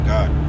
God